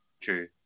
True